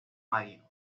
marinos